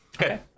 Okay